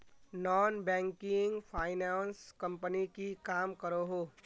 Non banking finance company की काम करोहो?